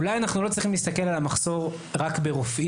אולי אנחנו לא צריכים להסתכל על המחסור רק ברופאים,